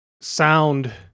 sound